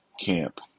camp